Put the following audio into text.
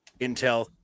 Intel